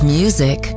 music